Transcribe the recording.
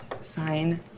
Sign